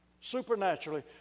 supernaturally